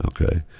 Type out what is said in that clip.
okay